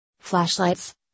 Flashlights